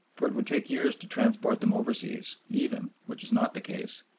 for it would take years to transport them overseas, even, which is not the case,